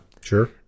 Sure